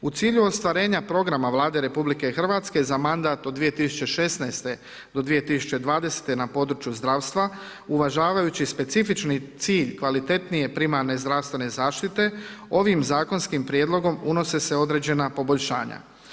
U cilju ostvarenja programa Vlade Republike Hrvatske za mandat od 2016. do 2020. na području zdravstva, uvažavajući specifični cilj kvalitetnije primarne zdravstvene zaštite, ovim Zakonskim prijedlogom unose se određena poboljšanja.